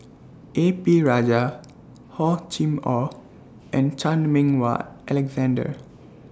A P Rajah Hor Chim Or and Chan Meng Wah Alexander